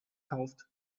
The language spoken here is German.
kauft